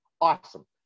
Awesome